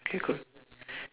circle